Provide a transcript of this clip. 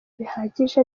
bihagije